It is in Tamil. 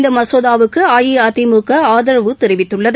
இந்தமசோதாவுக்குஅஇஅதிமுகஆதரவு தெரிவித்துள்ளது